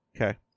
Okay